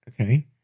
Okay